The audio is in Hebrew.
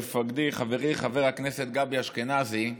מפקדי, חברי חבר הכנסת גבי אשכנזי.